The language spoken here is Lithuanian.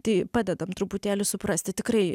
tai padedam truputėlį suprasti tikrai